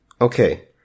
Okay